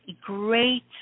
great